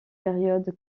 période